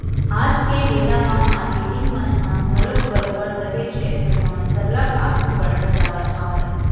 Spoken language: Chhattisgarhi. आज के बेरा म मारकेटिंग मन ह घलोक बरोबर सबे छेत्र म सरलग आघू बड़हत जावत हावय